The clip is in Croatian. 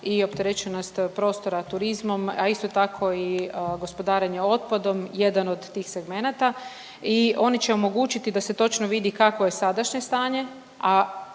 i opterećenost prostora turizmom, a isto tako i gospodarenje otpadom, jedan od tih segmenata i oni će omogućiti da se točno vidi kakvo je sadašnje stanje,